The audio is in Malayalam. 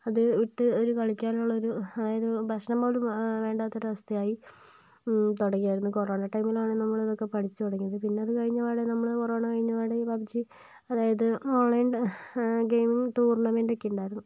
അത് വിട്ട് ഒരു കളിക്കാൻ ഉള്ള ഒരു ആയത് ഭക്ഷണം പോലും വേണ്ടാത്ത ഒരു അവസ്ഥയായി തുടങ്ങിയായിരുന്നു കൊറോണ ടൈമിലാണ് നമ്മൾ ഇതൊക്കെ പഠിച്ച് തുടങ്ങിയത് പിന്നെ അത് കഴിഞ്ഞ പാടെ നമ്മള് കൊറോണ കഴിഞ്ഞ പാടെ പബ്ജി അതായത് ഓൺലൈൻ ഗെയിമിംഗ് ടൂർണമെൻറ്റ് ഒക്കെ ഉണ്ടായിരുന്നു